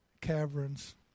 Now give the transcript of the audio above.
Caverns